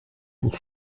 pour